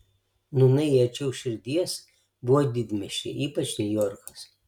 nūnai jai arčiau širdies buvo didmiesčiai ypač niujorkas